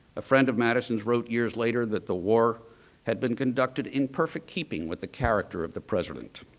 a friend of madison's wrote years later, that the war had been conducted in perfect keeping with the character of the president.